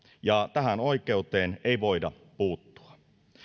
ja tähän oikeuteen ei voida puuttua